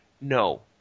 no